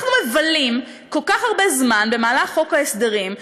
אנחנו מבלים כל כך הרבה זמן במהלך חוק ההסדרים,